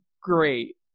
great